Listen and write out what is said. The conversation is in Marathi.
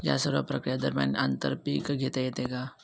या सर्व प्रक्रिये दरम्यान आंतर पीक घेता येते का?